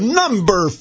number